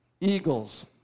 eagles